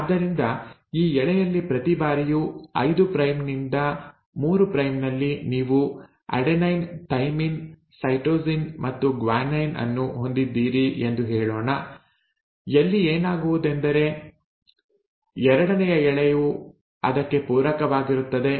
ಆದ್ದರಿಂದ ಈ ಎಳೆಯಲ್ಲಿ ಪ್ರತಿ ಬಾರಿಯೂ 5 ಪ್ರೈಮ್ನಿಂದ 3 ಪ್ರೈಮ್ನಲ್ಲಿ ನೀವು ಅಡೆನೈನ್ ಥೈಮಿನ್ ಸೈಟೋಸಿನ್ ಮತ್ತು ಗ್ವಾನೈನ್ ಅನ್ನು ಹೊಂದಿದ್ದೀರಿ ಎಂದು ಹೇಳೋಣ ಎಲ್ಲಿ ಏನಾಗುವುದೆಂದರೆ ಎರಡನೆಯ ಎಳೆಯು ಅದಕ್ಕೆ ಪೂರಕವಾಗಿರುತ್ತದೆ